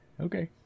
okay